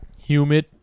humid